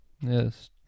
Yes